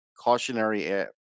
cautionary